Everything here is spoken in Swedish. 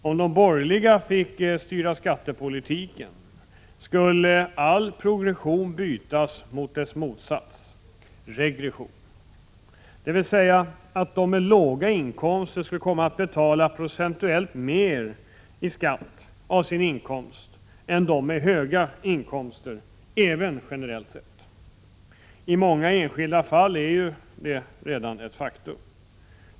Om de borgerliga fick styra skattepolitiken, skulle all progression bytas mot dess motsats — regression, dvs. att de som har låga inkomster skulle komma att betala procentuellt mer i skatt på sin inkomst än de som har höga inkomster, även generellt sett. I många enskilda fall är det ju redan ett faktum.